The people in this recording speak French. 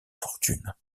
fortune